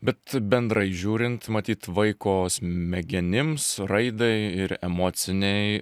bet bendrai žiūrint matyt vaiko smegenims raidai ir emocinei